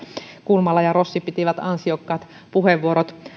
kulmala ja rossi pitivät ansiokkaat puheenvuorot